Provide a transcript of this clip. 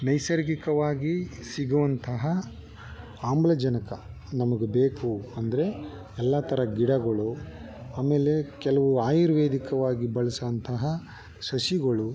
ನೈಸರ್ಗಿಕವಾಗಿ ಸಿಗುವಂತಹ ಆಮ್ಲಜನಕ ನಮಗೆ ಬೇಕು ಅಂದರೆ ಎಲ್ಲ ಥರ ಗಿಡಗಳು ಆಮೇಲೆ ಕೆಲವು ಆಯುರ್ವೇದಿಕವಾಗಿ ಬಳ್ಸೊಂಥಹ ಸಸಿಗಳು